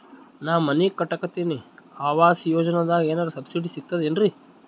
ನಾ ಮನಿ ಕಟಕತಿನಿ ಆವಾಸ್ ಯೋಜನದಾಗ ಏನರ ಸಬ್ಸಿಡಿ ಸಿಗ್ತದೇನ್ರಿ?